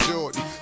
Jordan